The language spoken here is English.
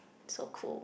so cool